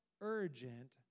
urgent